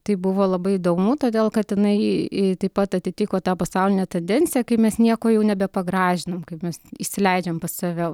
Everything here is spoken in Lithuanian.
tai buvo labai įdomu todėl kad jinai taip pat atitiko tą pasaulinę tendenciją kai mes nieko jau nebe pagražinam kaip mes įsileidžiam pas save